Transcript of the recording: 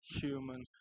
human